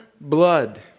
blood